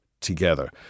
together